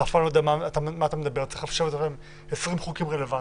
אתה אף פעם לא יודע מה אתה מדבר ואתה צריך לשאול איזה חוקים רלוונטיים.